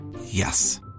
Yes